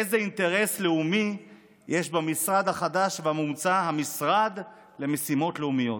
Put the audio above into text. איזה אינטרס לאומי יש במשרד החדש והמומצא "המשרד למשימות לאומיות"?